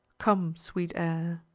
come, sweet air